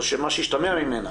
או מה שהשתמע ממנה